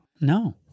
No